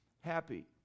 happy